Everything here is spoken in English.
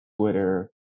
Twitter